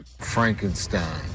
Frankenstein